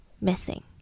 missing